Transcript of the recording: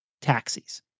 taxis